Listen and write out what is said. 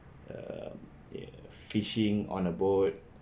err fishing on a boat